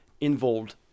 involved